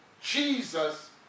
Jesus